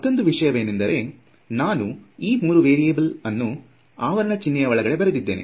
ಮತ್ತೊಂದು ವಿಷಯವೇನೆಂದರೆ ನಾನು ಈ ಮೂರು ವೇರಿಯೆಬಲ್ ಅನ್ನು ಆವರಣ ಚಿಹ್ನೆ ಒಳಗಡೆ ಬರೆದಿದ್ದೇನೆ